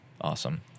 Awesome